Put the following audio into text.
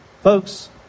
Folks